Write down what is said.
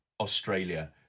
Australia